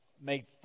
made